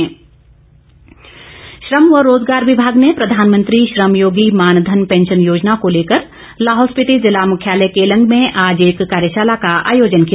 मानधन श्रम व रोजगार विभाग ने प्रधानमंत्री श्रमयोगी मानधन पैंशन योजना को लेकर लाहौल स्पीति जिला मुख्यालय केलंग में आज एक कार्यशाला का आयोजन किया